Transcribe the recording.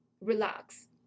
Relax